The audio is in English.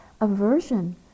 aversion